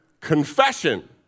Confession